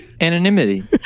anonymity